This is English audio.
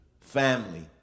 family